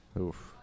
Oof